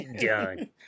done